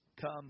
Come